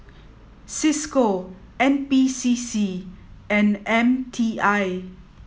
Cisco N P C C and M T I